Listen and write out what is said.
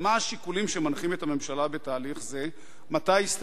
2. מה הם השיקולים שמנחים את הממשלה בתהליך זה?